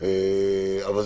יש